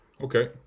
Okay